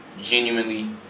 genuinely